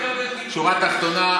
בשורה התחתונה,